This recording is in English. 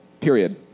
period